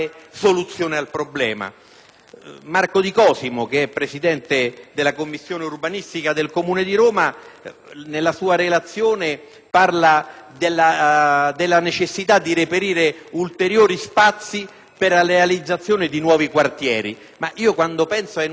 Marco Di Cosimo, che è presidente della commissione urbanistica del Comune di Roma, nella sua relazione, parla della necessità di reperire ulteriori spazi per la realizzazione di nuovi quartieri, ma io, quando penso ai nuovi quartieri, ho sempre paura